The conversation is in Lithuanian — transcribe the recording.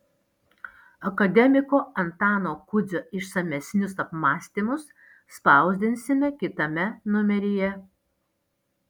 akademiko antano kudzio išsamesnius apmąstymus spausdinsime kitame numeryje